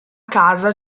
casa